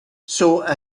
saw